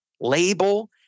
label